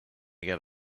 get